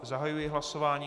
Zahajuji hlasování.